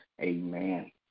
Amen